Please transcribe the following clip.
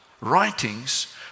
writings